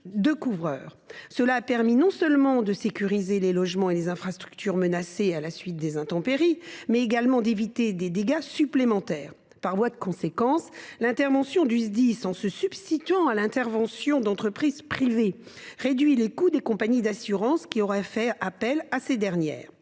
de couverture. Cela a permis non seulement de sécuriser les logements et infrastructures menacés à la suite des intempéries, mais également d’éviter des dégâts supplémentaires. Par voie de conséquence, l’intervention du Sdis, en se substituant à celle d’entreprises privées, réduit les coûts des compagnies d’assurances qui y auraient fait appel. Dans